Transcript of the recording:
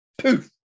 Poof